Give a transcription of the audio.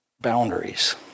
boundaries